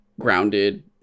grounded